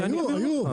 היו.